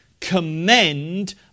commend